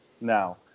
Now